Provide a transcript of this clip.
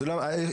רישיון?